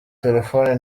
telefoni